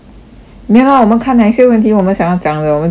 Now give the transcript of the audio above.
没有 lah 我们看哪一些问题我们想要讲的我们就讲 lor